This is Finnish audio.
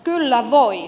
kyllä voi